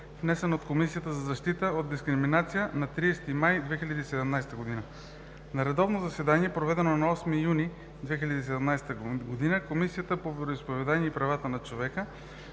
внесен от Комисията за защита от дискриминация на 30 май 2017 г. На редовно заседание, проведено на 8 юни 2017 г., Комисията по вероизповеданията и правата на човека